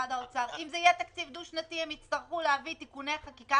למשרד האוצר אם זה יהיה תקציב דו-שנתי הם יצטרכו להביא תיקוני חקיקה